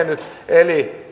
eli